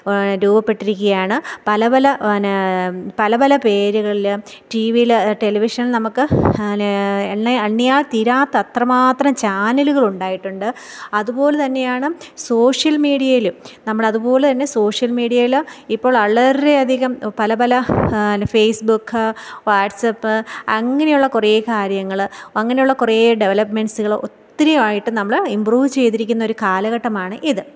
രൂപപ്പെട്ടിരിക്കയാണ് പലപല പിന്നെ പല പല പേരുകളിലും ടി വിയിൽ ടെലിവിഷൻ നമുക്ക് എണ്ണയ എണ്ണിയാൽ തീരാത്ത അത്രമാത്രം ചാനലുകൾ ഉണ്ടായിട്ടുണ്ട് അതുപോലെതന്നെയാണ് സോഷ്യൽ മീഡിയയിൽ നമ്മൾ അതുപോലെ തന്നെ സോഷ്യൽ മീഡിയയിൽ ഇപ്പോൾ വളരെയധികം പലപല ഫേസ്ബുക്ക് വാട്സപ്പ് അങ്ങനെയുള്ള കുറേ കാര്യങ്ങൾ അങ്ങനെയുള്ള കുറേ ഡെവലപ്മെൻ്റ്സുകൾ ഒത്തിരി ആയിട്ട് നമ്മൾ ഇമ്പ്രൂവ് ചെയ്തിരിക്കുന്ന ഒരു കാലഘട്ടമാണ് ഇത്